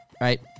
right